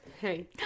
hey